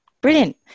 Brilliant